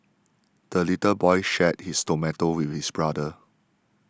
the little boy shared his tomato with his brother